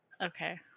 Okay